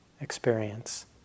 experience